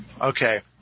Okay